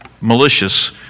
malicious